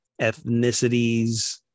ethnicities